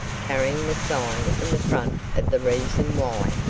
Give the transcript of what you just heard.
carrying the sign in the front of the reason why,